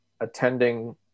attending